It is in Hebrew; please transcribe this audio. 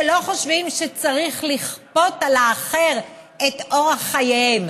שלא חושבים שצריך לכפות על האחר את אורח חייהם,